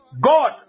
God